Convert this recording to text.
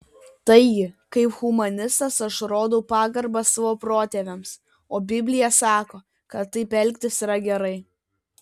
taigi kaip humanistas aš rodau pagarbą savo protėviams o biblija sako kad taip elgtis yra gerai